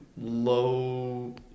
Low